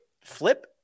flip